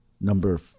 number